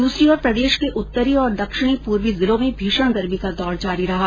दूसरी ओर प्रदेश के उत्तरी और दक्षिण पूर्वी जिलों में भीषण गर्मी का दौर जारी रहा